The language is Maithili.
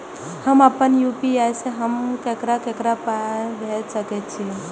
हम आपन यू.पी.आई से हम ककरा ककरा पाय भेज सकै छीयै?